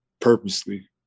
purposely